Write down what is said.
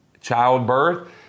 childbirth